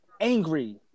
angry